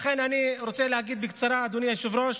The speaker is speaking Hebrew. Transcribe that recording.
לכן אני רוצה להגיד בקצרה, אדוני היושב-ראש,